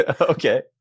okay